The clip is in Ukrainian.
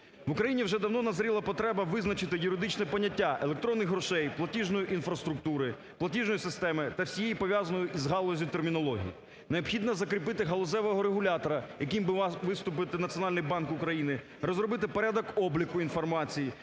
В Україні вже давно назріла потреба визначити юридичне поняття "електронних грошей", "платіжної інфраструктури", "платіжної системи" та всією пов'язаної із галуззю термінологією. Необхідно закріпити галузевого регулятора, яким би мав виступити Національний банк України, розробити порядок обліку інформації